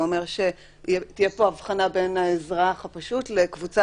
זה אומר שתהיה פה הבחנה בין האזרח הפשוט לקבוצה